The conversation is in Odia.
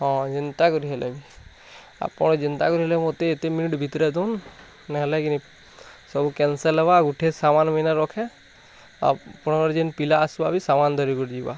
ହଁ ଯେନ୍ତା କରି ହେଲେ ବି ଆପଣ ଯେନ୍ତା କରି ହେଲେ ମୋତେ ଏତେ ମିନିଟ୍ ଭିତରେ ଦଉନ୍ ନ ହେଲା କିନି ସବୁ କ୍ୟାନ୍ସେଲ୍ ହବ ଗୋଟେ ସାମନ୍ ବି ନା ରଖେ ଆଉ ଆପଣଙ୍କର ଯେନ୍ ପିଲା ଆସିବ ବି ସାମାନ୍ ଧରି କି ଯିବ